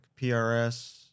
PRS